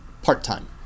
part-time